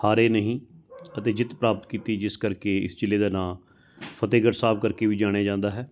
ਹਾਰੇ ਨਹੀਂ ਅਤੇ ਜਿੱਤ ਪ੍ਰਾਪਤ ਕੀਤੀ ਜਿਸ ਕਰਕੇ ਇਸ ਜ਼ਿਲ੍ਹੇ ਦਾ ਨਾਂ ਫਤਿਹਗੜ੍ਹ ਸਾਹਿਬ ਕਰਕੇ ਵੀ ਜਾਣਿਆ ਜਾਂਦਾ ਹੈ